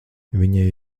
viņa